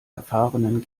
erfahrenen